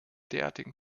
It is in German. derartigen